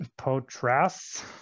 potras